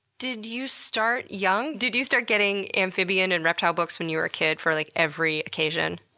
did you start young? did you start getting amphibian and reptile books when you were a kid for like every occasion?